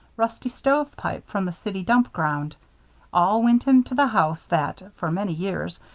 rusty stove pipe from the city dump ground all went into the house that, for many years,